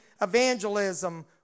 evangelism